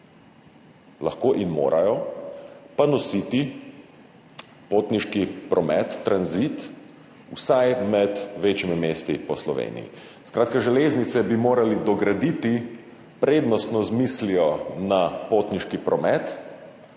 lahko in morajo pa nositi potniški promet, tranzit vsaj med večjimi mesti po Sloveniji. Skratka, železnice bi morali dograditi, prednostno z mislijo na potniški promet,